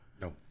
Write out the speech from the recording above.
No